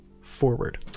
forward